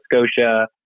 Scotia